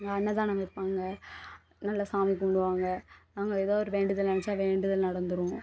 அங்கே அன்னதானம் வைப்பாங்க நல்லா சாமி கும்பிடுவாங்க அங்கே எதோ ஒரு வேண்டுதல் நினச்சா வேண்டுதல் நடந்துடும்